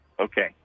Okay